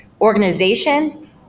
organization